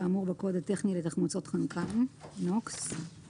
כאמור בקוד הטכני לתחמוצות חנקן (NOx);